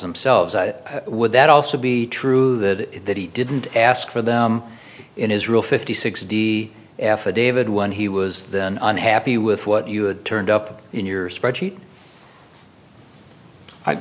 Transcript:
themselves would that also be true that he didn't ask for them in israel fifty six d affidavit when he was then unhappy with what you had turned up in your spreadsheet i